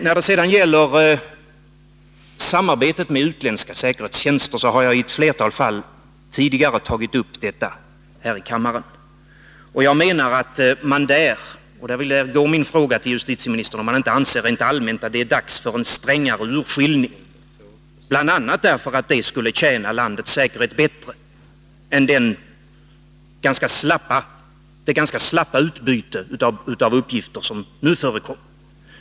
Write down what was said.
När det gäller samarbetet med utländska säkerhetstjänster har jag tidigare tagit upp ett flertal fall här i kammaren. Min fråga till justitieministern är om haninte anser, rent allmänt, att det är dags för en strängare urskillning, bl.a. därför att det skulle tjäna landets säkerhet bättre än det ganska slappa utbyte av uppgifter som nu förekommer.